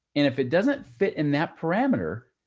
and if it doesn't fit in that parameter,